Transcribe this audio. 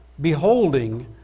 beholding